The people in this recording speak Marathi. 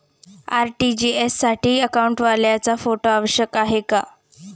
आर.टी.जी.एस साठी अकाउंटवाल्याचा फोटो आवश्यक आहे का?